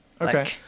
okay